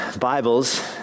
Bibles